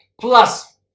Plus